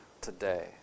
today